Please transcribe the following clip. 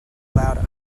louder